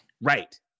right